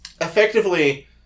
effectively